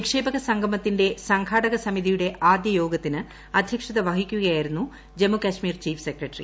നിക്ഷേപക സംഗമത്തിന്റെ സംഘാടക സമിതിയുടെ ആദ്യ യോഗത്തിന് അധൃക്ഷത വഹിക്കുകയായിരുന്നു ജമ്മുകശ്മീർ ചീഫ് സെക്രട്ടറി